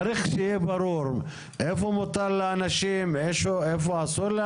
צריך שיהיה ברור איפה מותר לאנשים ואיפה אסור.